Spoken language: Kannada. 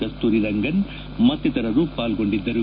ಕಸ್ತೂರಿರಂಗನ್ ಮತ್ತಿತರರು ಪಾಲ್ಗೊಂಡಿದ್ದರು